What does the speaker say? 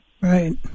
Right